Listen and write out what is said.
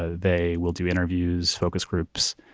ah they will do interviews, focus groups.